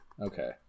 Okay